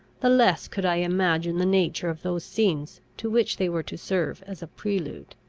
the less could i imagine the nature of those scenes to which they were to serve as a prelude.